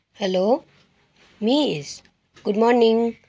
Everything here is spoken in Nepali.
hello miss good morning